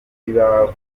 bwiza